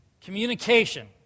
Communication